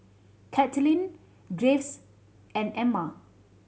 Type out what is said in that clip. Katlin Graves and Emma